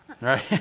Right